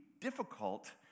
difficult